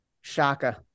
Shaka